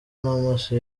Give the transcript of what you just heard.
n’amaso